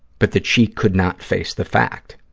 but that she could not face the fact.